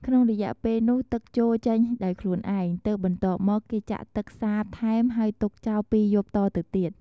ក្នុងរយៈពេលនោះទឹកជោរចេញដោយខ្លួនឯង ទើបបន្ទាប់មកគេចាក់ទឹកសាបថែមហើយទុកចោល២យប់តទៅទៀត។